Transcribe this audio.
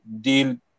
deal